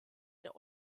der